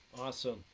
Awesome